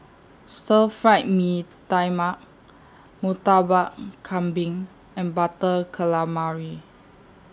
Stir Fried Mee Tai Mak Murtabak Kambing and Butter Calamari